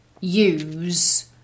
use